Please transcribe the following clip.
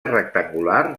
rectangular